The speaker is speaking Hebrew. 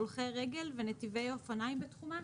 הולכי רגל ונתיבי אופניים בתחומן?